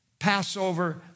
Passover